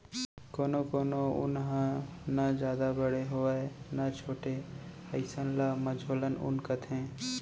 कोनो कोनो ऊन ह न जादा बड़े होवय न छोटे अइसन ल मझोलन ऊन कथें